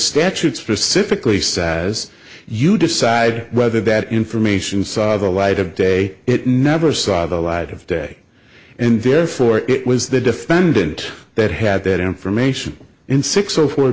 statute specifically says you decide whether that information saw the light of day it never saw the light of day and therefore it was the defendant that had that information in six o fo